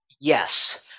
Yes